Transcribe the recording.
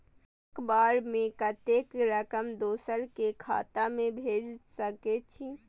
एक बार में कतेक रकम दोसर के खाता में भेज सकेछी?